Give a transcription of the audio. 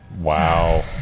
Wow